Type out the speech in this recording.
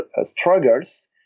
struggles